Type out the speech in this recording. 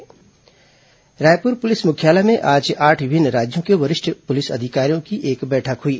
police अधिकारी बैठक Raipur police मुख्यालय में आज आठ विभिन्न राज्यों के वरिष्ठ पुलिस अधिकारियों की एक बैठक हुई